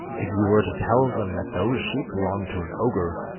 if you were to tell them that those sheep belonged to an ogre,